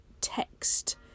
text